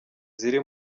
ziri